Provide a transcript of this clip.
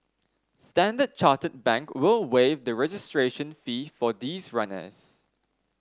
Standard Chartered Bank will waive the registration fee for these runners